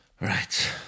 Right